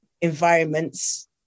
environments